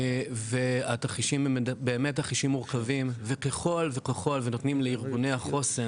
והתרחישים הם באמת תרחישים מורכבים וככל ונותנים לארגוני החוסן,